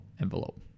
envelope